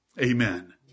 Amen